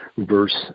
verse